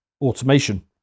automation